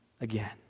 again